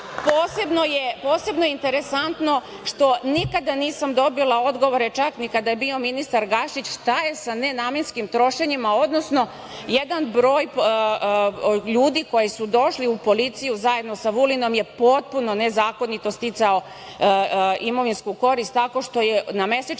posebno je interesantno što nikada nisam dobila odgovore, čak ni kada je bio ministar Gašić, šta je sa nenamenskim trošenjem, odnosno jedan broj ljudi koji su došli u policiju, zajedno sa Vulinom, je potpuno nezakonito sticao imovinsku korist, tako što je na mesečnom